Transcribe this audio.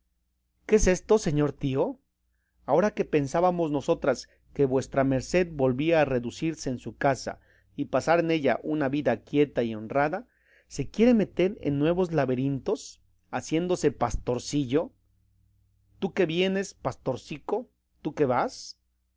qué es esto señor tío ahora que pensábamos nosotras que vuestra merced volvía a reducirse en su casa y pasar en ella una vida quieta y honrada se quiere meter en nuevos laberintos haciéndose pastorcillo tú que vienes pastorcico tú que vas